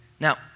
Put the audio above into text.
Now